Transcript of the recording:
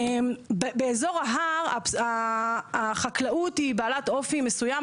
באזור ההר, החקלאות היא בעלת אופי מסוים.